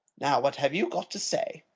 now what have you got to say?